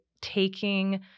taking